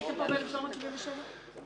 חברת הכנסת ורבין אם אלה איומי סרק או לא.